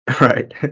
Right